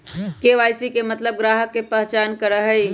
KYC के मतलब ग्राहक का पहचान करहई?